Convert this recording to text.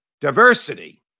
diversity